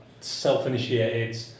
self-initiated